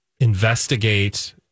investigate